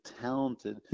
talented